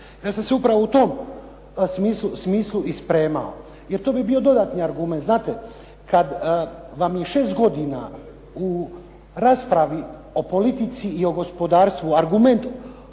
Ja sam se upravo u tom smislu i spremao, jer to bi bio dodatni argument. Znate, kad vam je šest godina u raspravi o politici i o gospodarstvu argument